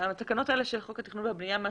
--- התקנות האלה של חוק התכנון והבנייה לא